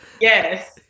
Yes